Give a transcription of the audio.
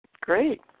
great